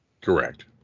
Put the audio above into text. Correct